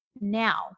Now